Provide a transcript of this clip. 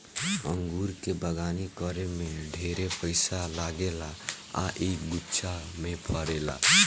अंगूर के बगानी करे में ढेरे पइसा लागेला आ इ गुच्छा में फरेला